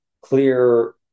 clear